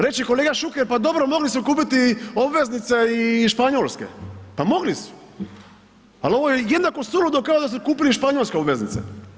Reći će kolega Šuker pa dobro mogli su kupiti obveznice i Španjolske, pa mogli su, ali ovo je jednako suludo kao da su kupili španjolske obveznice.